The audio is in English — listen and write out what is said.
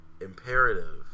imperative